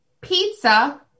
pizza